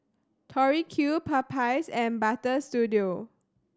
Tori Q Popeyes and Butter Studio